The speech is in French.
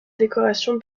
décoration